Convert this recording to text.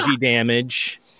damage